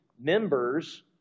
members